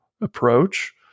approach